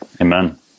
Amen